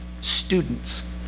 students